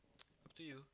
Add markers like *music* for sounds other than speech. *noise* up to you